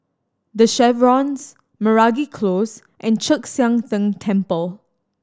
The Chevrons Meragi Close and Chek Sian Tng Temple